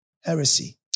Heresy